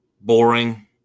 Boring